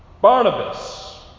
Barnabas